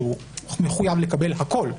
שהוא מחויב לקבל הכול,